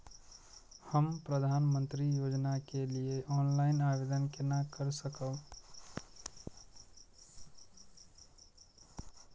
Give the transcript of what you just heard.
हम प्रधानमंत्री योजना के लिए ऑनलाइन आवेदन केना कर सकब?